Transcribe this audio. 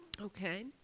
Okay